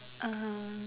(uh huh)